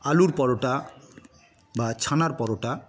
আলুর পরোটা বা ছানার পরোটা